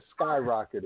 skyrocketed